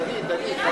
תגיד, תגיד.